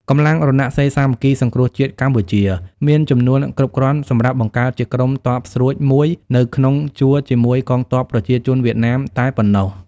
កម្លាំងរណសិរ្យសាមគ្គីសង្គ្រោះជាតិកម្ពុជា មានចំនួនគ្រប់គ្រាន់សម្រាប់បង្កើតជាក្រុមទព័ស្រួចមួយនៅក្នុងជួរជាមួយកងទព័ប្រជាជនវៀតណាមតែប៉ុណ្ណោះ។